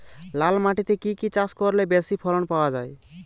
লাল মাটিতে কি কি চাষ করলে বেশি ফলন পাওয়া যায়?